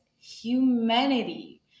humanity